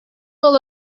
all